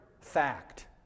Fact